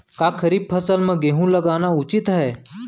का खरीफ फसल म गेहूँ लगाना उचित है?